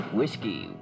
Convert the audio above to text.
Whiskey